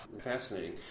Fascinating